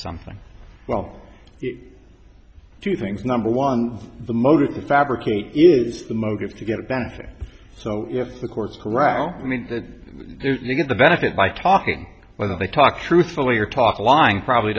something well two things number one the motive to fabricate is the motive to get a benefit so if the courts chorale mean that they get the benefit by talking whether they talk truthfully or talk lying probably